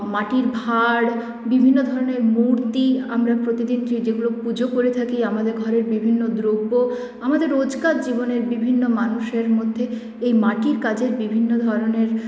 মাটির ভাঁড় বিভিন্ন ধরনের মূর্তি আমরা প্রতিদিন যেগুলো পুজো করে থাকি আমাদের ঘরের বিভিন্ন দ্রব্য আমাদের রোজকার জীবনের বিভিন্ন মানুষের মধ্যে এই মাটির কাজের বিভিন্ন ধরনের